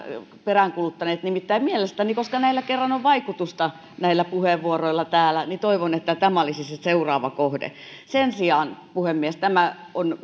peräänkuuluttaneet nimittäin koska kerran on vaikutusta näillä puheenvuoroilla täällä toivon että tämä olisi se seuraava kohde sen sijaan puhemies tämä on